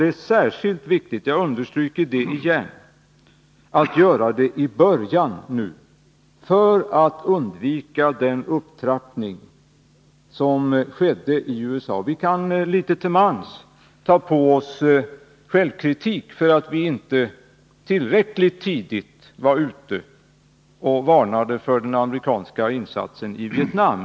Det är särskilt viktigt, jag understyker det igen, att göra det nu i början för att undvika upptrappning. Vi kan litet till mans kritisera oss själva för att vi inte tillräckligt tidigt varnade för den amerikanska insatsen i Vietnam.